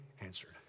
answered